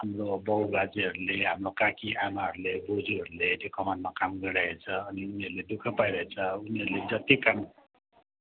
हाम्रो बाउ बाजेहरूले हाम्रो काकी आमाहरूले बोजूहरूले त्यो कमानमा काम गरिरहेछ अनि उनीहरूले दुःख पाइरहेछ उनीहरूले जति काम